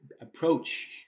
approach